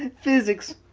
and physics.